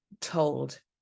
told